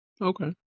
Okay